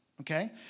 Okay